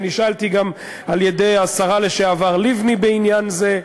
ונשאלתי גם על-ידי השרה לשעבר לבני בעניין זה.